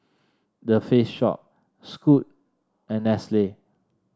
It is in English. The Face Shop Scoot and Nestle